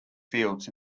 fields